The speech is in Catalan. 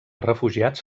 refugiats